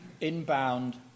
inbound